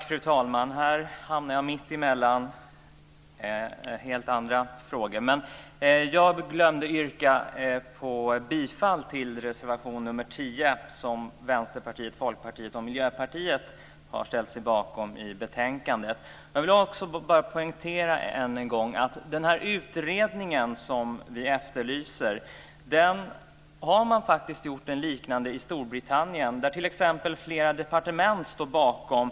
Fru talman! Här hamnar jag mittemellan helt andra frågor. Men jag glömde yrka bifall till reservation nr 10 som Vänsterpartiet, Folkpartiet och Miljöpartiet har ställt sig bakom. Jag vill också än en gång poängtera att när det gäller den utredning som vi efterlyser har man gjort en liknande i Storbritannien som flera departement står bakom.